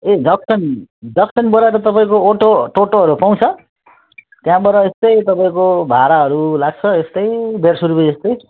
ए junction जङ्सनबाट त तपाईँको अटो टोटोहरू पाउँछ त्यहाँबाट यस्तै तपाईँको भाडाहरू लाग्छ यस्तै डेढ सय रुपियाँ जस्तै